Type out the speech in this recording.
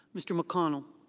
mr. mcconnell.